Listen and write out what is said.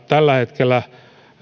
tällä hetkellä